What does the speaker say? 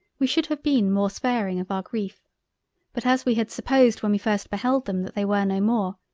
we should have been more sparing of our greif but as we had supposed when we first beheld them that they were no more,